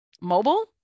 mobile